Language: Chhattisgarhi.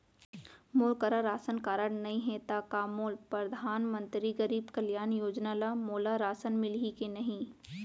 मोर करा राशन कारड नहीं है त का मोल परधानमंतरी गरीब कल्याण योजना ल मोला राशन मिलही कि नहीं?